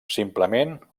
simplement